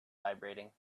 vibrating